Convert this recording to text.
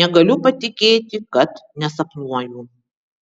negaliu patikėti kad nesapnuoju